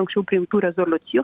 anksčiau priimtų rezoliucijų